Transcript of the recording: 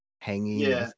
hanging